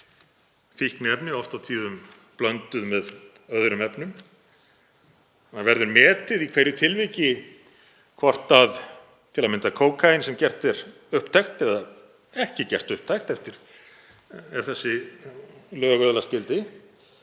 Fíkniefni eru oft á tíðum blönduð með öðrum efnum. Verður metið í hverju tilviki hvort til að mynda kókaín sem gert er upptækt — eða ekki gert upptækt ef þessi lög öðlast gildi